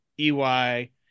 ey